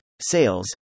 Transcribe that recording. Sales